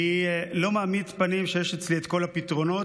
אני לא מעמיד פנים שיש אצלי את כל הפתרונות,